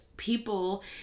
People